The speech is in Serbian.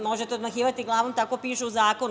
Možete odmahivati glavom, tako piše u zakonu.